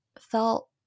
felt